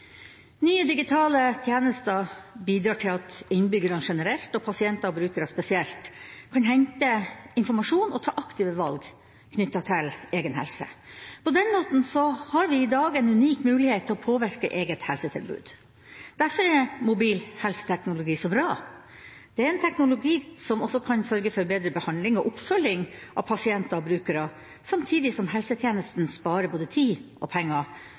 Nye digitale tjenester bidrar til at innbyggere generelt og pasienter og brukere spesielt kan hente informasjon og ta aktive valg knyttet til egen helse. På den måten har vi i dag en unik mulighet til å påvirke eget helsetilbud. Derfor er mobil helseteknologi så bra. Det er en teknologi som også kan sørge for bedre behandling og oppfølging av pasienter og brukere, samtidig som helsetjenesten sparer både tid og penger.